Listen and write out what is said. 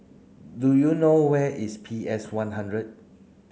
do you know where is P S one hundred